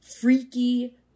freaky